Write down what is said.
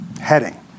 heading